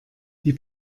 die